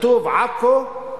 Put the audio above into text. שכתוב "עכו"